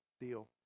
deal